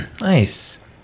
Nice